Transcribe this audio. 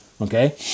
okay